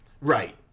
Right